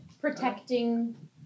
protecting